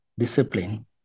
discipline